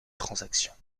transactions